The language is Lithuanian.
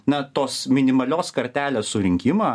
na tos minimalios kartelės surinkimą